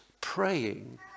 praying